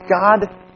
God